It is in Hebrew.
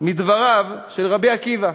מדבריו של רבי עקיבא,